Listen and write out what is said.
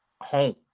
home